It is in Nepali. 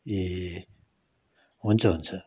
ए हुन्छ हुन्छ